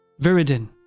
Viridin